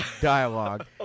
dialogue